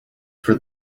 for